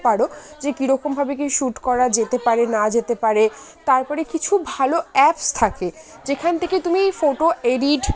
পার যে কীরকমভাবে কী শ্যুট করা যেতে পারে না যেতে পারে তার পরে কিছু ভালো অ্যাপস থাকে যেখান থেকে তুমি ফটো এডিট